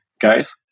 guys